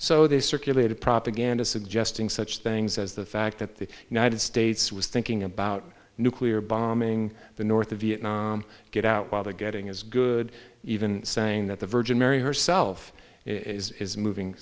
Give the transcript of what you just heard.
so they circulated propaganda suggesting such things as the fact that the united states was thinking about nuclear bombing the north vietnam get out while the getting is good even saying that the virgin mary herself is moving